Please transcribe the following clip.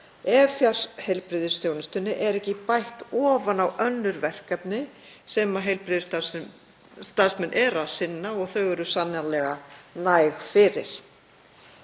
ef heilbrigðisþjónustunni er ekki bætt ofan á önnur verkefni sem heilbrigðisstarfsmenn eru að sinna og þau eru sannarlega næg fyrir.